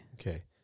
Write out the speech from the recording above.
Okay